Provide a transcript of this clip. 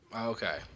Okay